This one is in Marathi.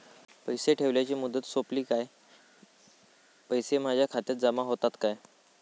पैसे ठेवल्याची मुदत सोपली काय पैसे माझ्या खात्यात जमा होतात काय?